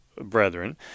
brethren